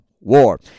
War